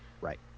Right